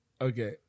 Okay